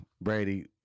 Brady